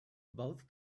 both